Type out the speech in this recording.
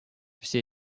все